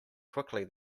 quickly